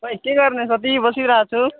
खोई के गर्ने साथी बसिरहेको छु